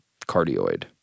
Cardioid